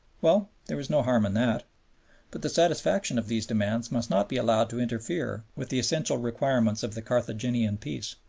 well there was no harm in that but the satisfaction of these demands must not be allowed to interfere with the essential requirements of a carthaginian peace.